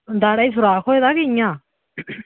दाढ़ा गी सुराख होए दा केह् इ'यां